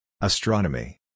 astronomy